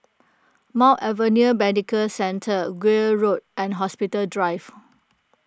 Mount Elizabeth Medical Centre Gul Road and Hospital Drive